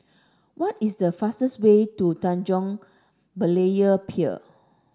what is the fastest way to Tanjong Berlayer Pier